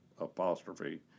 apostrophe